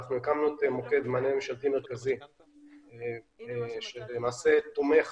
אנחנו הקמנו מוקד מענה ממשלתי מרכזי שלמעשה הוא תומך